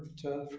to